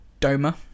Doma